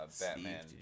Batman